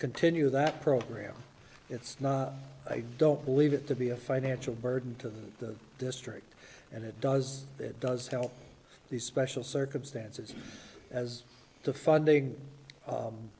continue that program it's not i don't believe it to be a financial burden to the district and it does it does help these special circumstances as the funding